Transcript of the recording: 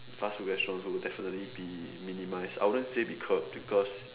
fast food restaurants will definitely be minimised I wouldn't say be curbed because